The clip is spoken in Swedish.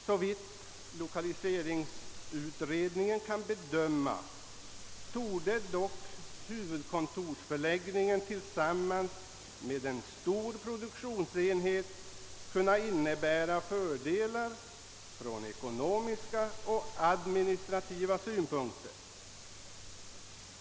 Såvitt lokaliseringsutredningen kan bedöma torde dock huvudkontorsförläggningen tillsammans med en stor produktionsenhet kunna innebära fördelar från ekonomiska och administrativa synpunkter.